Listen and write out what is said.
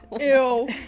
Ew